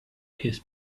his